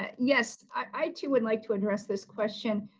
yes, i, too, would like to address this question.